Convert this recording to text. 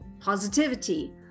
positivity